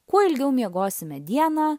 kuo ilgiau miegosime dieną